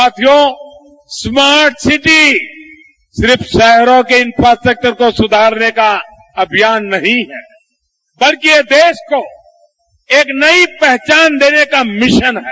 साथियों smart city सिर्फ शहरों के इन्फ्रास्टक्वर को सुधारने का अभियान नहीं है बल्कि यह देश को एक नई पहचान देने का मिशन है